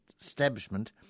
establishment